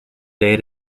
day